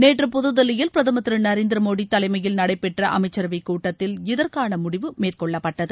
நேற்று புதுதில்லியில் பிரதமர் திரு நரேந்திரமோடி தலைமையில் நடைபெற்ற அமைச்சரவைக் கூட்டத்தில் இதற்கான முடிவு மேற்கொள்ளப்பட்டது